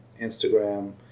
Instagram